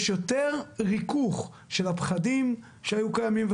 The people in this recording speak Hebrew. יש יותר ריכוך של הפחדים שהיו קיימים,